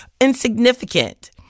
insignificant